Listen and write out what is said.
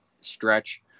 stretch